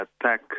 attack